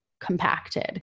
compacted